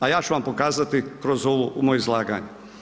A ja ću vam pokazati kroz ovu moje izlaganje.